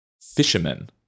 fisherman